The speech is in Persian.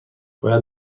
باید